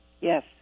Yes